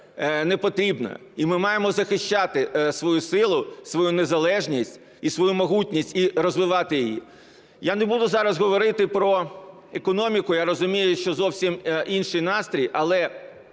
не потрібна, і ми маємо захищати свою силу, свою незалежність і свою могутність і розвивати її. Я не буду зараз говорити про економіку, я розумію, що зовсім інший настрій, але